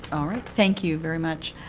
all right, thank you very much.